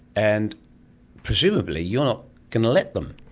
and presumably you're not going to let them.